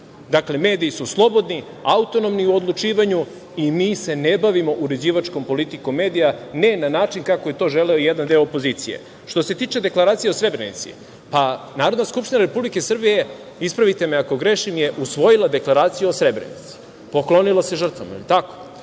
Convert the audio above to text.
Dakle, mediji su slobodni, autonomni u odlučivanju i mi se ne bavimo uređivačkom politikom medija, ne na način kako je to želeo jedan deo opozicije. Što se tiče Deklaracije o Srebrenici, pa Narodna skupština Republike Srbije, ispravite me ako grešim, je usvojila Deklaraciju o Srebrenici, poklonila se žrtvama, da li je tako?